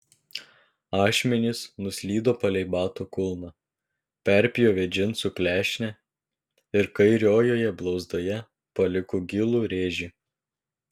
ašmenys nuslydo palei bato kulną perpjovė džinsų klešnę ir kairiojoje blauzdoje paliko gilų rėžį